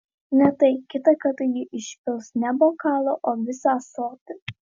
ne tai kitą kartą ji išpils ne bokalą o visą ąsotį